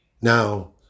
Now